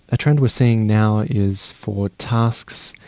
a trend we are seeing now is for tasks,